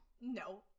No